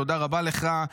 תודה רבה לך,